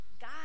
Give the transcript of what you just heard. God